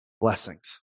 blessings